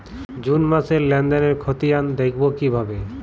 June মাসের লেনদেনের খতিয়ান দেখবো কিভাবে?